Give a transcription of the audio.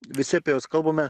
visi apie juos kalbame